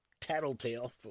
tattletale